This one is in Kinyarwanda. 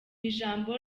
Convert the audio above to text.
ijambo